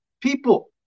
people